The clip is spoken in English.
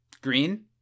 Green